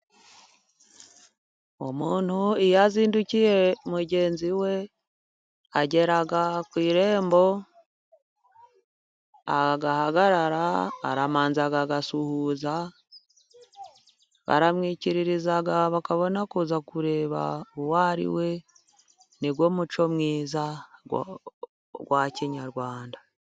Umuntu iyo azindukiye mugenzi we, agera ku irembo agahagarara, aramanza agasuhuza ,baramwikiririza bakabona kuza kureba uwo ari we, ni wo muco mwiza wa kinyarwanda.